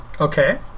Okay